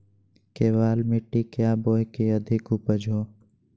केबाल मिट्टी क्या बोए की अधिक उपज हो?